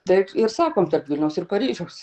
taip ir sakom tarp vilniaus ir paryžiaus